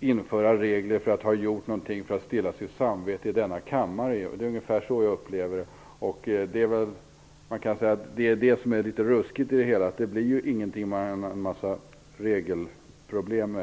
inför regler för att ha gjort någonting här i kammaren för att stilla sitt samvete. Det är så jag upplever det. Det ruskiga i sammanhanget är att det inte blir någonting annat än en massa regelproblem.